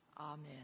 Amen